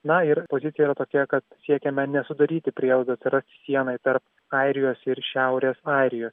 na ir pozicija yra tokia kad siekiame nesudaryti prielaidos atsirasti sienai tarp airijos ir šiaurės airijos